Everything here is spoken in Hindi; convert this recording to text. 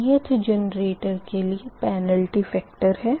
Li ith जेनरेटर के लिए पेनल्टी फेक्टर है